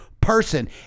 person